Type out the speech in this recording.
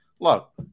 look